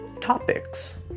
topics